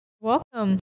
Welcome